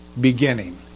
beginning